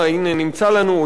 נמצא לנו אויב,